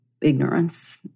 Ignorance